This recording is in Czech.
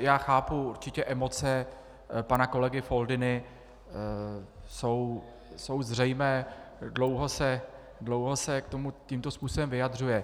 Já chápu určitě emoce pana kolegy Foldyny, jsou zřejmé, dlouho se k tomu tímto způsobem vyjadřuje.